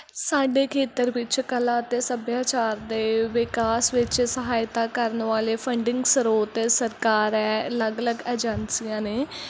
ਸਾਡੇ ਖੇਤਰ ਵਿੱਚ ਕਲਾ ਅਤੇ ਸੱਭਿਆਚਾਰ ਦੇ ਵਿਕਾਸ ਵਿੱਚ ਸਹਾਇਤਾ ਕਰਨ ਵਾਲੇ ਫੰਡਿੰਗ ਸਰੋਤ ਸਰਕਾਰ ਹੈ ਅਲੱਗ ਅਲੱਗ ਏਜੰਸੀਆਂ ਨੇ